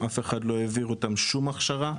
אף אחד לא העביר אותם שום הכשרה.